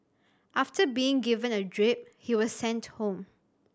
after being given a drip he was sent home